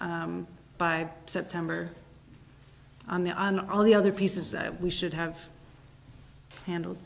by september on the on on the other pieces that we should have handled